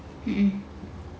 mm